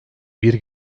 bir